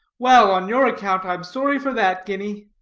well, on your account, i'm sorry for that, guinea.